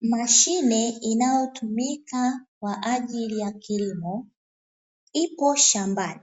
Mashine inayotumika kwa ajili ya kilimo, ipo shambani